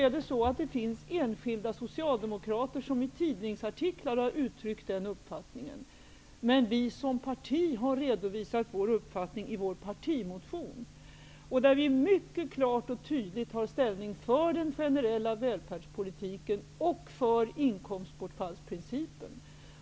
Visst finns det enskilda socialdemokrater som i tidningsartiklar har uttryckt den uppfattningen, men vi som parti har redovisat vår uppfattning i vår partimotion, där vi mycket klart och tydligt tar ställning för den generella välfärdspolitiken och för inkomstbortfallsprincipen.